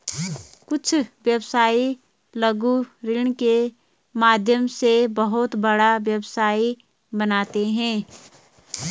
कुछ व्यवसायी लघु ऋण के माध्यम से बहुत बड़ा व्यवसाय बनाते हैं